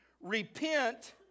Repent